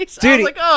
dude